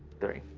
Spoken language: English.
three.